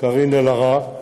קארין אלהרר.